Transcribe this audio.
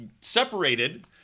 separated